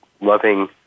loving